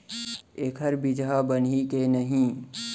एखर बीजहा बनही के नहीं?